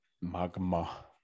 Magma